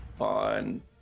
on